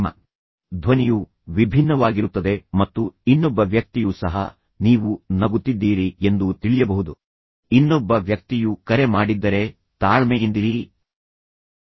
ಈಗ ನೀವು ನಗುವಾಗ ನಿಮ್ಮ ಧ್ವನಿಯು ವಿಭಿನ್ನವಾಗಿರುತ್ತದೆ ಮತ್ತು ಇನ್ನೊಬ್ಬ ವ್ಯಕ್ತಿಯೂ ಸಹ ನೀವು ನಗುತ್ತಿದ್ದೀರಿ ಎಂದು ತಿಳಿಯಬಹುದು ಮತ್ತು ಇನ್ನೊಬ್ಬ ವ್ಯಕ್ತಿಗೆ ಆರಾಮದಾಯಕವಾಗುವಂತೆ ಮಾಡುತ್ತಿದ್ದೀರಿ ಮತ್ತು ಕರೆ ಬಗ್ಗೆ ಸಂತೋಷವಾಗಿರುತ್ತೀರಿ ಎಂದು ವ್ಯಕ್ತಿಯು ಭಾವಿಸಬಹುದು